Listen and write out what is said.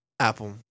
Apple